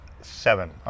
seven